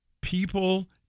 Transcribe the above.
people